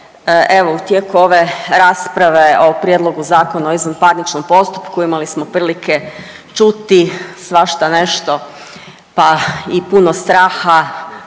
Evo u tijeku ove rasprave o Prijedlogu zakona o izvanparničnom postupku imali smo prilike čuti svašta nešto, pa i puno straha